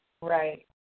Right